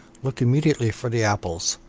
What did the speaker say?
looked immediately for the apples,